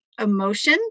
emotion